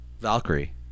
Valkyrie